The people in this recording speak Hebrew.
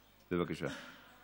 בבקשה.